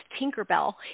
Tinkerbell